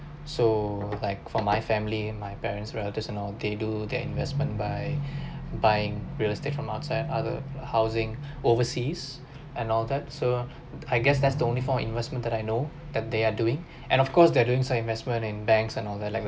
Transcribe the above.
so like for my family and my parents relatives and all they do their investment by buying real estate from outside other housing overseas and all that so I guess that's the only form investment that I know that they are doing and of course they're doing some investment in banks and all that like